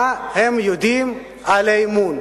מה הם יודעים על אמון?